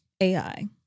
AI